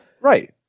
Right